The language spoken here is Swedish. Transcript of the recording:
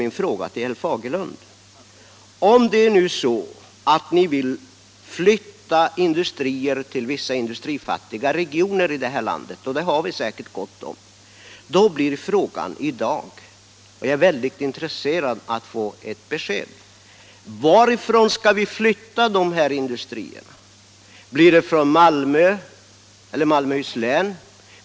Men, herr Fagerlund, om det nu är så att ni vill flytta industrier till vissa industrifattiga regioner i det här landet — och sådana har vi gott om — då är jag väldigt intresserad av att få ett besked om varifrån ni skall flytta dessa industrier. Och jag vill fråga: Varifrån skall ni flytta de här industrierna? Blir det från Malmöhus län?